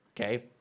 Okay